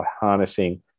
harnessing